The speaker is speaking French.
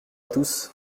tous